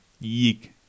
Yeek